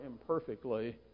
imperfectly